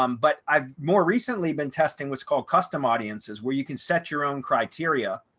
um but i've more recently been testing what's called custom audiences where you can set your own criteria,